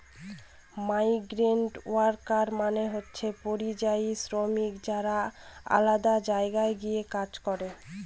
migrant worker মানে হচ্ছে পরিযায়ী শ্রমিক যারা আলাদা জায়গায় গিয়ে কাজ করে